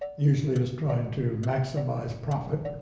usually as trying to maximize profit,